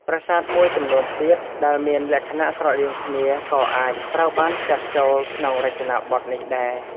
ប្រាសាទមួយចំនួនទៀត ដែលមានលក្ខណៈស្រដៀងគ្នាក៏អាចត្រូវបានចាត់ចូលក្នុងរចនាបថនេះដែរ។